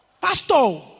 Pastor